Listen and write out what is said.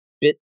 bit